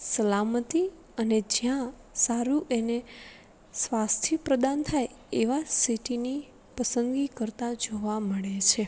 સલામતી અને જ્યાં સારું એને સ્વાસ્થ્ય પ્રદાન થાય એવા સિટીની પસંદગી કરતાં જોવા મળે છે